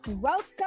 welcome